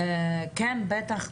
כן, בטח.